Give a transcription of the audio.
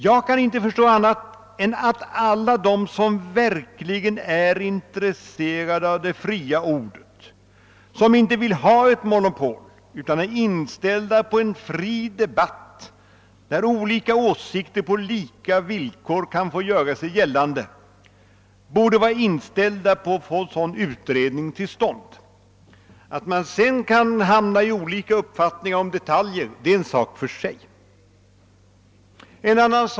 Jag kan inte förstå annat än att alla de som verkligen är intresserade av det fria ordet och som inte vill ha ett monopol, utan är inställda på en fri debatt, där olika åsikter på lika villkor kan få göra sig gällande, borde vara inställda på att få en sådan utredning till stånd. — Att man sedan kan hamna i olika uppfattningar om detaljer är en sak för sig. Herr talman!